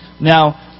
Now